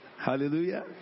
Hallelujah